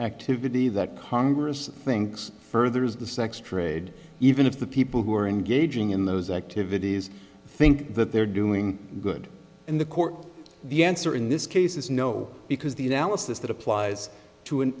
activity that congress thinks furthers the sex trade even if the people who are engaging in those activities think that they're doing good in the court the answer in this case is no because the analysis that applies to an